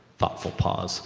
thoughtful pause